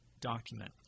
document